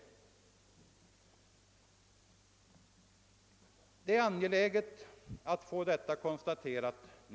Det är angeläget att slå fast detta.